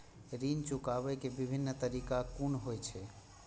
ऋण चुकाबे के विभिन्न तरीका कुन कुन होय छे?